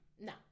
No